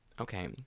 okay